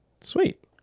sweet